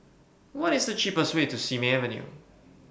What IS The cheapest Way to Simei Avenue